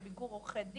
לביקור עורכי דין,